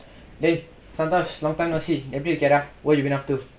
eh santhosh long time no see எப்டி இருக்கடா:epdi irukkadaa what you been up to